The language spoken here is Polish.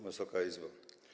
Wysoka Izbo!